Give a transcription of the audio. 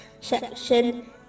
section